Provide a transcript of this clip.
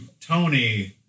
Tony